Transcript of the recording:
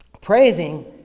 praising